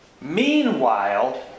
Meanwhile